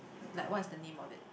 like what is the name of it